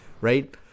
right